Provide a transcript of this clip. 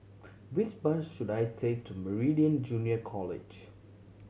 which bus should I take to Meridian Junior College